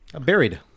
Buried